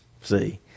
see